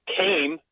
came